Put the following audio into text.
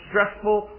stressful